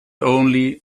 only